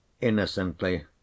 Innocently